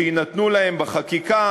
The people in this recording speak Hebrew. שיינתנו להם בחקיקה,